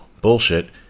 bullshit